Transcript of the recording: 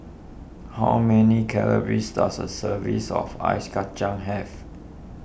how many calories does a serving of Ice Kacang have